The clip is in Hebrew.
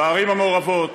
בערים המעורבות,